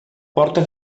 porta